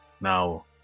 now